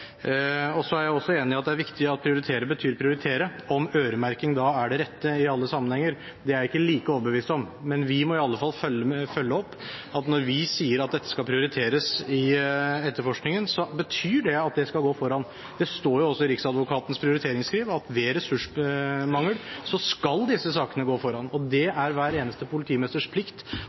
er også enig i at det er viktig at prioritere betyr prioritere. Om øremerking er det rette i alle sammenhenger, er jeg ikke like overbevist om, men vi må i alle fall følge opp ved at når vi sier at dette skal prioriteres i etterforskningen, så betyr det at det skal gå foran. Det står jo også i Riksadvokatens prioriteringsskriv at ved ressursmangel skal disse sakene gå foran. Det er hver eneste politimesters plikt